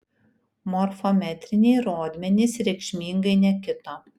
morfometriniai rodmenys reikšmingai nekito